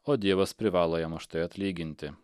o dievas privalo jam už tai atlyginti